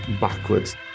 backwards